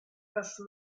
casse